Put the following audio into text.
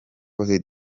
côte